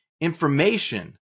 information